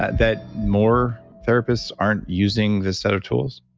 that more therapists aren't using this set of tools?